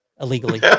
illegally